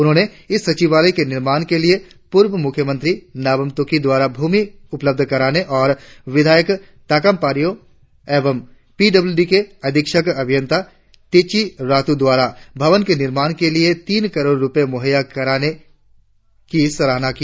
उन्होंने इस सचिवालय के निर्माण के लिए पूर्व मुख्यमंत्री नाबाम तुकी द्वारा भूमि उपलब्ध कराने और विधायक ताकाम पारियो एवं पी ड़ब्लू डी के अधीक्षक अभियंता तेची रातू द्वारा भवन के निर्माण के लिए तीन करोड़ रुपए मुहैय्या कराने की सराहना की